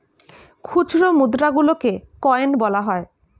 খুচরো মুদ্রা গুলোকে কয়েন বলা হয়